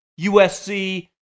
USC